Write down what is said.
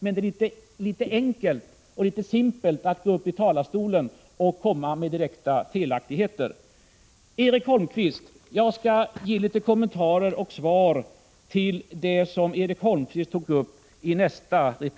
Det är litet enkelt och litet simpelt att gå upp i talarstolen och komma med direkta felaktigheter. Herr talman! Jag skall i nästa replik ge några kommentarer till och svar på det som Erik Holmkvist tog upp.